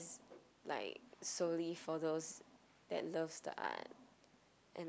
like slowly for those that love the art